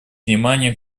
внимание